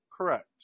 correct